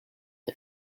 the